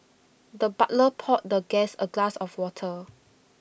the butler poured the guest A glass of water